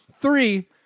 Three